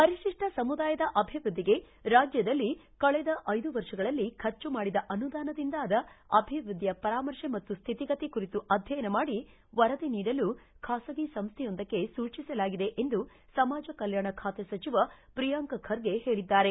ಪರಿಶಿಷ್ಟ ಸಮೂದಾಯದ ಅಭಿವೃದ್ಧಿಗೆ ರಾಜ್ಯದಲ್ಲಿ ಕಳೆದ ಐದು ವರ್ಷಗಳಲ್ಲಿ ಖರ್ಚು ಮಾಡಿದ ಅನುದಾನದಿಂದ ಆದ ಅಭಿವ್ಯದ್ದಿಯ ಪರಾಮರ್ಶೆ ಮತ್ತು ಸ್ಥಿತಿಗತಿ ಕುರಿತು ಅಧ್ಯಯನ ಮಾಡಿ ವರದಿ ನೀಡಲು ಖಾಸಗಿ ಸಂಸ್ಥೆಯೊಂದಕ್ಕೆ ಸೂಚಿಸಲಾಗಿದೆ ಎಂದು ಸಮಾಜ ್ ಕಲ್ಯಾಣ ಖಾತೆ ಸಚಿವ ಪ್ರಿಯಾಂಕ್ ಖರ್ಗೆ ಹೇಳಿದ್ದಾರೆ